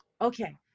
Okay